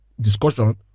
discussion